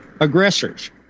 aggressors